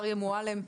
אריה מועלם,